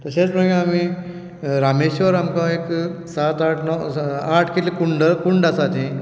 तशेच मागीर आमी रामेश्वर आमकां एक सात आठ कितें कुंड आसा थंय